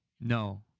no